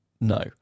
No